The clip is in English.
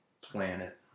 planet